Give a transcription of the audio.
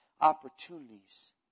opportunities